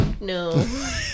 No